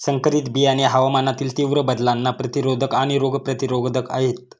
संकरित बियाणे हवामानातील तीव्र बदलांना प्रतिरोधक आणि रोग प्रतिरोधक आहेत